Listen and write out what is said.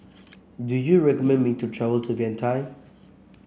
do you recommend me to travel to Vientiane